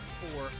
four